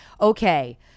okay